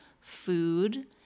food